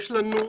יש לנו...